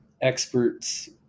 experts